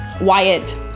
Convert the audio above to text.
Wyatt